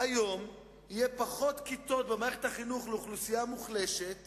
היום יהיו פחות כיתות במערכת החינוך לאוכלוסייה מוחלשת